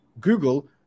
Google